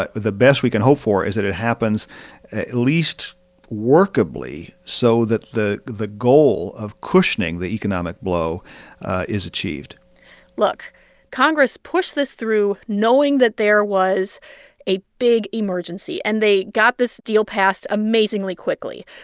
the best we can hope for is that it happens at least workably so that the the goal of cushioning the economic blow is achieved look congress pushed this through knowing that there was a big emergency, and they got this deal passed amazingly quickly.